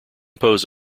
pose